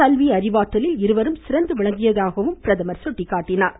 கல்வி அறிவாற்றலில் இருவரும் சிறந்து விளங்கியதாகவும் பிரதமர் கூறினார்